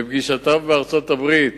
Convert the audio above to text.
בפגישותיו בארצות-הברית.